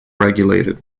regulated